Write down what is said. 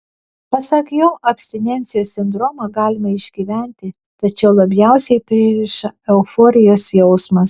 pasak jo abstinencijos sindromą galima išgyventi tačiau labiausiai pririša euforijos jausmas